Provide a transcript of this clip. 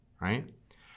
right